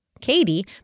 Katie